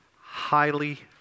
Highly